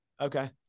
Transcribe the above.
Okay